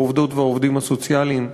העובדות והעובדים הסוציאליים,